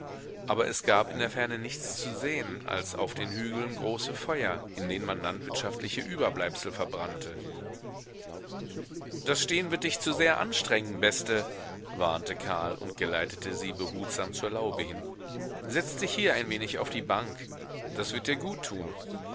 aber es gab in der ferne nichts zu sehen als auf den hügeln große feuer in denen man landwirtschaftliche überbleibsel verbrannte das stehen wird dich zu sehr anstrengen beste warnte karl und geleitete sie behutsam zur laube hin setz dich hier ein wenig auf die bank das wird dir gut tun